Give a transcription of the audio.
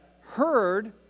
heard